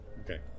okay